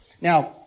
Now